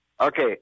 Okay